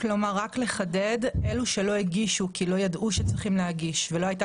רק לחדד: אלו שלא הגישו כי לא ידעו שצריכים להגיש ולא הייתה